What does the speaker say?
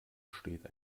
steht